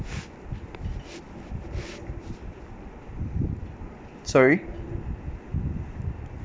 sorry